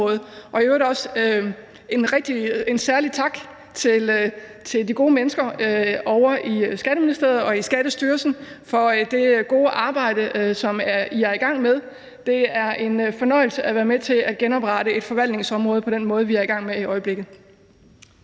også sige en særlig tak til de gode mennesker ovre i Skatteministeriet og i Skattestyrelsen for det gode arbejde, som de er i gang med. Det er en fornøjelse at være med til at genoprette et forvaltningsområde på den måde, som vi er i gang med i øjeblikket.